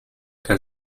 can